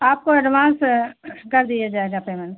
आपको एडवांस कर दिया जाएगा पेमेंट